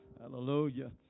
Hallelujah